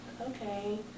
okay